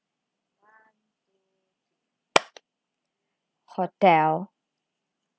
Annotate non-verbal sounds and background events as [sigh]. [noise] hotel